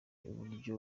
uburyo